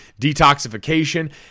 detoxification